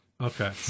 Okay